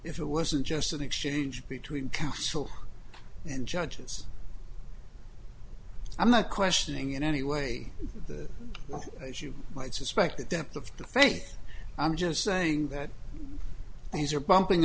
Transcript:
if it wasn't just an exchange between counsel and judges i'm not questioning in any way the law as you might suspect the depth of the faith i'm just saying that these are bumping